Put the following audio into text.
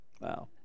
Wow